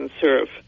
serve